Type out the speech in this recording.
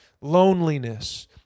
loneliness